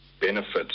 benefits